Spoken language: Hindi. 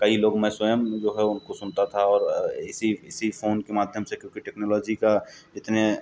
कई लोग मैं स्वयं जो है उनको सुनता था और इसी इसी फ़ोन के माध्यम से क्योंकि टेक्नोलॉजी का इतने